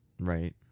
right